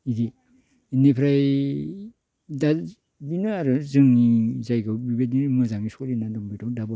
इदि इनिफ्राय दा इदिनो आरो जोंनि जायगायाव बिबायदि मोजां सोलिना दंबाय दं दा बर्थ'मान